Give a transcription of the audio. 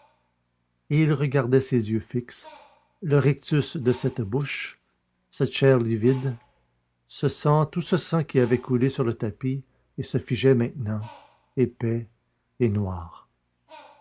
il regardait ces yeux fixes le rictus de cette bouche cette chair livide et ce sang tout ce sang qui avait coulé sur le tapis et se figeait maintenant épais et noir